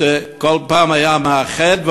שפעם היה מאחד,